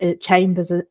Chambers